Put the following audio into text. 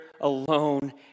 alone